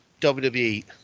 WWE